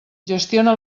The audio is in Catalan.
gestiona